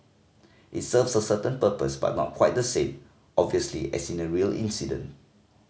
it serves a certain purpose but not quite the same obviously as in a real incident